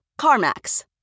CarMax